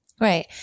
Right